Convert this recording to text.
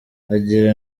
aganira